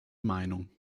meinung